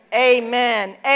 amen